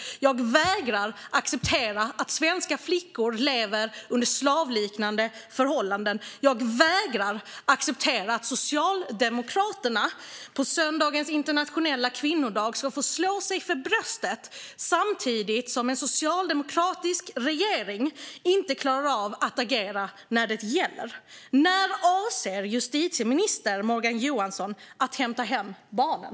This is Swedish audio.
Jag vägrar att acceptera att svenska flickor lever under slavliknande förhållanden. Jag vägrar att acceptera att Socialdemokraterna på söndagens internationella kvinnodag ska få slå sig för bröstet samtidigt som en socialdemokratisk regering inte klarar av att agera när det gäller. När avser justitieminister Morgan Johansson att hämta hem barnen?